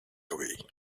away